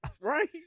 Right